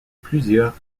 plusieurs